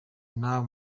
now